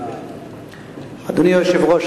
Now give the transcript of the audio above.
אדוני היושב-ראש,